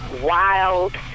wild